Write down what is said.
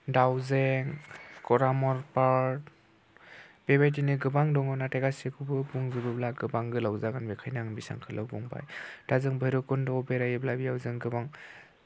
दाउजें करामर पार्क बेबायदिनो गोबां दङ नाथाय गासैखौबो बुंजोबोब्ला गोबां गोलाव जागोन बेनिखायनो आं बेखौल' बुंबाय दा जों भैरबकुन्द'आव बेरायोब्ला बेयाव जों गोबां